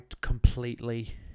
completely